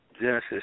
Genesis